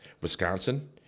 Wisconsin